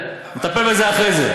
נטפל בזה אחרי זה.